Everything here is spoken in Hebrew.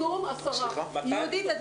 שלום לכולם, אנחנו בשידור בערוץ הכנסת עכשיו.